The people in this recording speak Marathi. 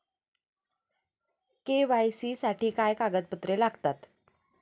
के.वाय.सी साठी काय कागदपत्रे लागतात?